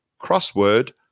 crossword